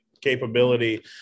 capability